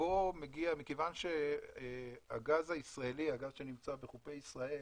מכיוון שהגז הישראלי, הגז שנמצא בחופי ישראל,